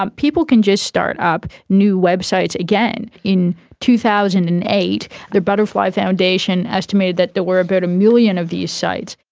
um people can just start up new websites again. in two thousand and eight the butterfly foundation estimated that there were about a million of these sites.